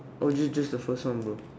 oh just just the first one bro